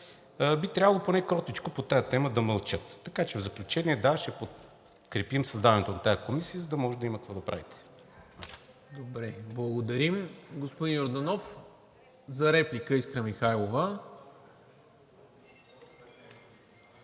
би трябвало поне кротичко по тази тема да мълчат. Така че в заключение – да, ще подкрепим създаването на тази комисия, за да може да има какво да правите. ПРЕДСЕДАТЕЛ НИКОЛА МИНЧЕВ: Добре, благодаря, господин Йорданов. За реплика – Искра Михайлова.